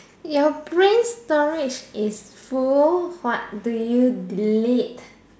your brain storage is full what do you delete